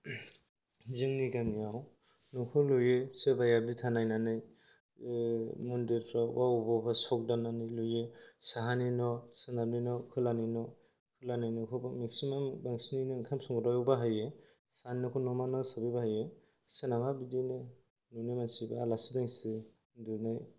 जोंनि गामियाव न'खौ लुयो सोरबाया बिथा नायनानै मन्दिरफ्राव बा बबेयावबा बबेयावबा सख दाननानै लुयो साहानि न' सोनाबनि खोलानि न' खोलानि न'खौबो मेक्सिमाम बांसिनानो ओंखाम संग्रायाव बाहायो साहानि न'खौ न'मा न' हिसाबै बाहायो सोनाबहा बिदिनो न'नि मानसि आलासि दुमसि